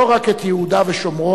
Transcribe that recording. לא רק את יהודה ושומרון,